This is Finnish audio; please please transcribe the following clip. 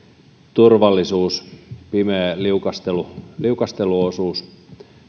turvallisuus pimeä ja liukasteluosuus